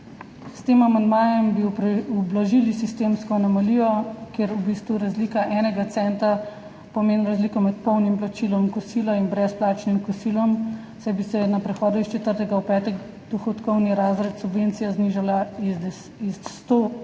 S tem amandmajem bi ublažili sistemsko anomalijo, ker v bistvu razlika enega centa pomeni razliko med polnim plačilom kosila in brezplačnim kosilom, saj bi se na prehodu iz četrtega v peti dohodkovni razred subvencija znižala iz 100 %